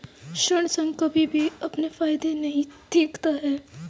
ऋण संघ कभी भी अपने फायदे नहीं देखता है